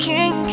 King